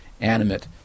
animate